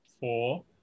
four